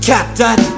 Captain